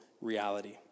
reality